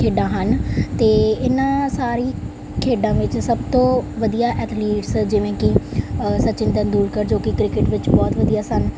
ਖੇਡਾਂ ਹਨ ਅਤੇ ਇਹਨਾਂ ਸਾਰੀਆਂ ਖੇਡਾਂ ਵਿੱਚ ਸਭ ਤੋਂ ਵਧੀਆ ਐਥਲੀਟਸ ਜਿਵੇਂ ਕਿ ਸਚਿਨ ਤੇਂਦੁਲਕਰ ਜੋ ਕਿ ਕ੍ਰਿਕਟ ਵਿੱਚ ਬਹੁਤ ਵਧੀਆ ਸਨ